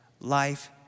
life